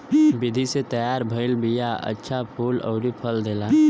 विधि से तैयार भइल बिया अच्छा फूल अउरी फल देला